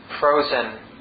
frozen